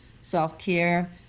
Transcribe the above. self-care